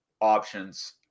options